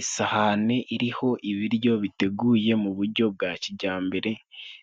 Isahane iriho ibiryo biteguye mu bujyo bwa kijyambere